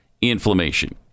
inflammation